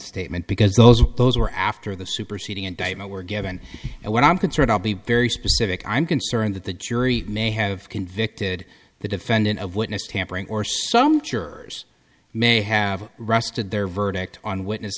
statement because those were after the superseding indictment were given and what i'm concerned i'll be very specific i'm concerned that the jury may have convicted the defendant of witness tampering or some jurors may have rested their verdict on witness